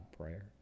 prayer